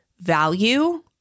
value